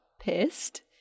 pissed